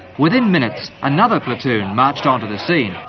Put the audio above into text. within minutes, another platoon marched onto the scene,